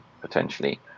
potentially